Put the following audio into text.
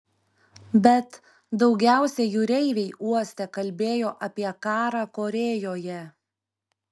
bet daugiausiai jūreiviai uoste kalbėjo apie karą korėjoje